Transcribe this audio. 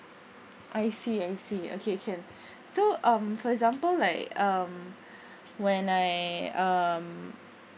I see I see okay can so um for example like um when I um